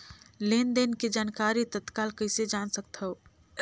लेन देन के जानकारी तत्काल कइसे जान सकथव?